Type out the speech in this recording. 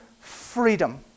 freedom